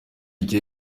ati